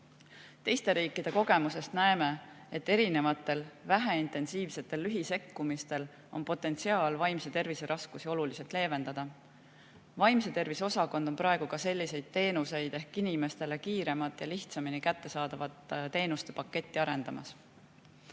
Teiste riikide kogemusest näeme, et erinevatel väheintensiivsetel lühisekkumistel on potentsiaal vaimse tervise raskusi oluliselt leevendada. Vaimse tervise osakond arendabki praegu selliseid teenuseid, et meil oleks inimestele kiiremalt ja lihtsamini kättesaadavate teenuste pakett. Teine